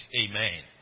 amen